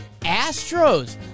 Astros